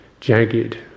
jagged